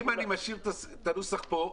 אם אני משאיר את הנוסח פה,